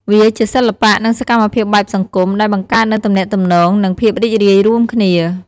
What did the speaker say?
វាជាសិល្បៈ និងសកម្មភាពបែបសង្គម ដែលបង្កើតនូវទំនាក់ទំនង និងភាពរីករាយរួមគ្នា។